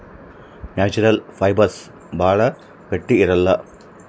natural fibres ಭಾಳ ಗಟ್ಟಿ ಇರಲ್ಲ